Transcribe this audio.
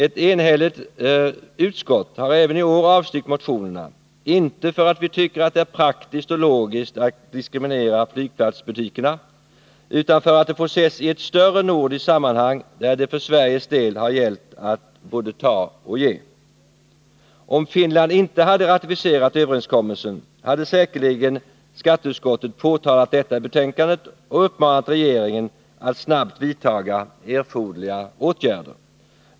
Ett enigt utskott har även i år avstyrkt motionerna, inte därför att vi tycker att det är praktiskt och logiskt att diskriminera flygplatsbutikerna, utan därför att det får ses i ett större nordiskt sammanhang, där det för Sveriges del har gällt att både ta och ge. Om Finland inte hade ratificerat överenskommelsen, hade säkerligen skatteutskottet påtalat detta i betänkandet och uppmanat regeringen att snabbt vidta erforderliga åtgärder.